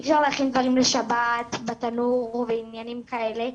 אי אפשר להכין דברים לשבת בתנור ועניינים כאלה.